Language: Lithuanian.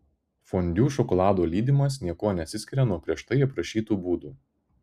fondiu šokolado lydymas niekuo nesiskiria nuo prieš tai aprašytų būdų